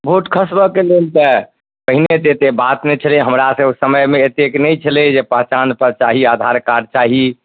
vote खसबऽके लेल तऽ पहिने तऽ एते बात नहि छलै हमरा सब समयमे एतेक नहि छलै जे पहचान पत्र चाही आधार कार्ड चाही